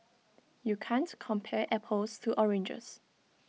you can't compare apples to oranges